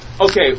okay